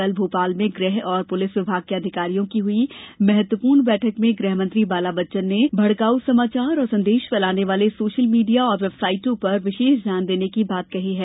कल भोपाल में गृह और पुलिस विभाग के अधिकारियों की हुई महत्वपूर्ण बैठक में गृहमंत्री बालाबच्चन ने कहा कि भडकाऊ समाचार और संदेश फैलाने वाले सोशल मीडिया और बेब साइटों पर विशेष ध्यान देने की बात कही है